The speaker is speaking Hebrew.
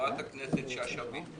חברת הכנסת שאשא ביטון,